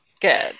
good